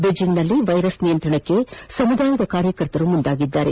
ಬೀಜಿಂಗ್ನಲ್ಲಿ virus ನಿಯಂತ್ರಣಕ್ಕೆ ಸಮುದಾಯದ ಕಾರ್ಯಕರ್ತರು ಮುಂದಾಗಿದ್ದಾರೆ